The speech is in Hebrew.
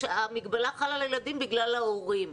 שהמגבלה חלה על הילדים בגלל ההורים.